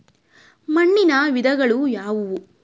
ಮಣ್ಣಿನ ವಿಧಗಳು ಯಾವುವು?